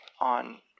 on